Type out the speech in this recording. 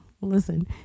Listen